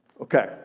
Okay